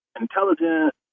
intelligent